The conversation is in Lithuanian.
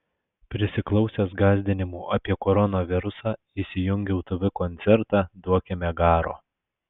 prisiklausęs gąsdinimų apie koronavirusą įsijungiau tv koncertą duokime garo